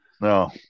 No